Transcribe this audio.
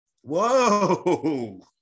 Whoa